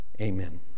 Amen